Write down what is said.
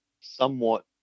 somewhat